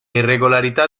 irregolarità